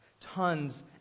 Tons